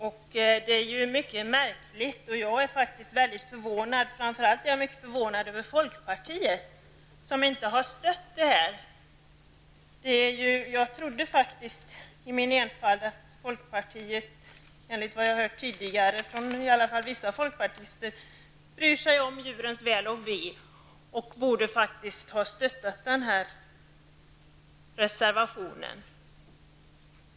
Jag är framför allt väldigt förvånad över att folkpartiet inte har anslutit sig. Jag trodde faktiskt att folkpartiet, enligt vad jag tidigare hört från åtminstone vissa folkpartister, bryr sig om djurens väl och ve och alltså borde ha stött den här reservationen.